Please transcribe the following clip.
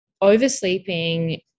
oversleeping